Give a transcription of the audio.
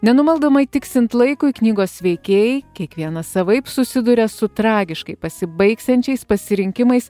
nenumaldomai tiksint laikui knygos veikėjai kiekvienas savaip susiduria su tragiškai pasibaigsiančiais pasirinkimais